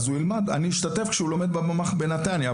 אני אשתתף כשהוא לומד בממ"ח בנתניה.